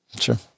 sure